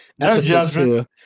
episode